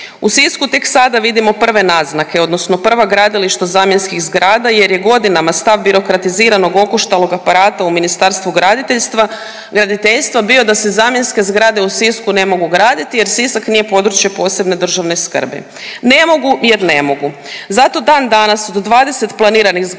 U Sisku tek sada vidimo prve naznake, odnosno prva gradilišta zamjenskih zgrada jer je godinama stav birokratiziranog okoštalog aparata u Ministarstvu graditeljstva bio da se zamjenske zgrade u Sisku ne mogu graditi jer Sisak nije područje posebne državne skrbi. Ne mogu, jer ne mogu. Zato dan danas od 20 planiranih zgrada